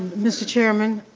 mr. chairman,